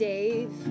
Dave